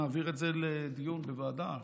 נעביר את זה לדיון בוועדה.